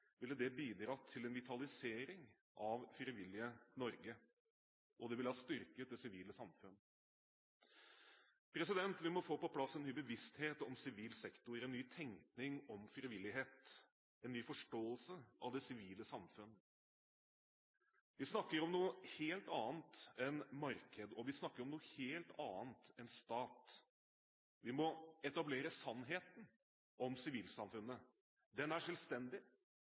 ville det bidratt til en vitalisering av det frivillige Norge, og det ville ha styrket det sivile samfunn. Vi må få på plass en ny bevissthet om sivil sektor, en ny tenkning om frivillighet – en ny forståelse av det sivile samfunn. Vi snakker om noe helt annet enn marked, og vi snakker om noe helt annet enn stat. Vi må etablere sannheten om sivilsamfunnet. Den er selvstendig.